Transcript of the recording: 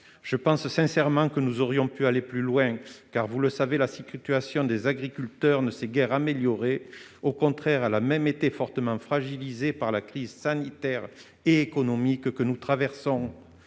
Je pense sincèrement que nous aurions pu aller plus loin, car, vous le savez, la situation des agriculteurs ne s'est guère améliorée- au contraire, elle a été très fragilisée par la crise sanitaire et économique que nous traversons.